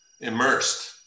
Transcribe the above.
immersed